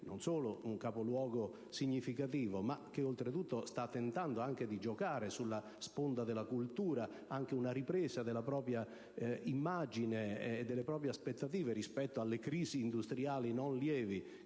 non è solo un capoluogo significativo, ma che sta anche tentando di giocare sulla sponda della cultura una ripresa della propria immagine e delle proprie aspettative rispetto alle crisi industriali non lievi